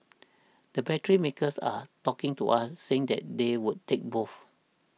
the battery makers are talking to us saying that they would take both